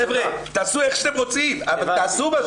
חבר'ה תעשו איך שאתם רוצים, אבל תעשו משהו.